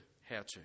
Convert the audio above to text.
how-to